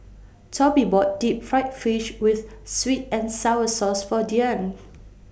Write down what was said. Tobie bought Deep Fried Fish with Sweet and Sour Sauce For Dyan